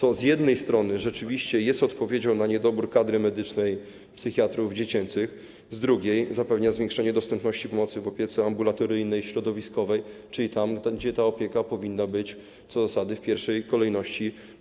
To z jednej strony rzeczywiście jest odpowiedzią na niedobór kadry medycznej, psychiatrów dziecięcych, a z drugiej - zapewnia zwiększenie dostępności pomocy w opiece ambulatoryjnej, środowiskowej, czyli tam gdzie ta opieka co do zasady powinna być kierowana w pierwszej kolejności.